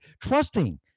Trusting